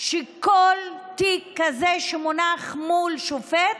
שכל תיק כזה שמונח מול שופט,